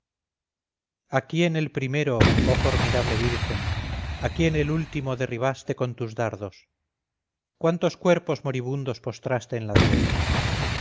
a quién el primero oh formidable virgen a quién el último derribaste con tus dardos cuántos cuerpos moribundos postraste en la tierra